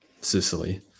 Sicily